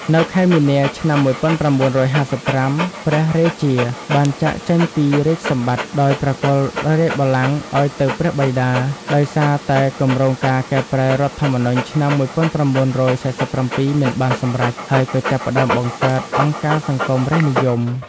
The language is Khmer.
នៅខែមីនា ឆ្នាំ ១៩៥៥ ព្រះរាជាបានចាកចេញពីរាជសម្បត្តិ ដោយប្រគល់រាជបល្ល័ង្កឱ្យទៅព្រះបិតា ដោយសារតែគម្រោងការកែប្រែរដ្ឋធម្មនុញ្ញឆ្នាំ ១៩៤៧ មិនបានសម្រេច ហើយក៏ចាប់ផ្ដើមបង្កើតអង្គការសង្គមរាស្ត្រនិយម។